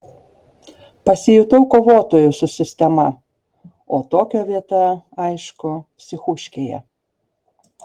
pasijutau kovotoju su sistema o tokio vieta aišku psichuškėje